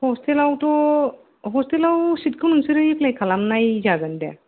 हसटेलाव थ' हसटेलाव सिटखौ नोंसोरो एफ्लाय खालामनाय जागोन दे